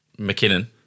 McKinnon